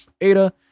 Ada